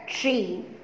tree